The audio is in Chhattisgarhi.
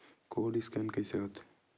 कोर्ड स्कैन कइसे होथे?